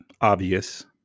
obvious